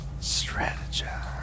Strategize